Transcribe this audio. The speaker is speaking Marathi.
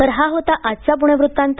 तर हा होता आजचा पुणे वृत्तांत